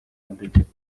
mantentzeko